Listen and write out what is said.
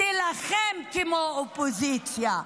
תילחם כמו אופוזיציה.